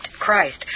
Christ